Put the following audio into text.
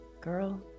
Girl